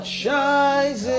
shines